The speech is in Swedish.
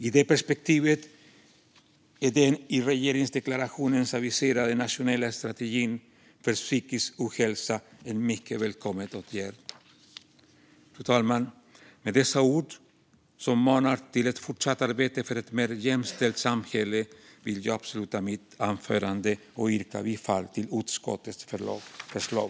I det perspektivet är den i regeringsdeklarationen aviserade nationella strategin för psykisk hälsa en mycket välkommen åtgärd. Fru talman! Med dessa ord, som manar till ett fortsatt arbete för ett mer jämställt samhälle, vill jag avsluta mitt anförande och yrka bifall till utskottets förslag.